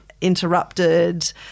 interrupted